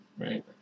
right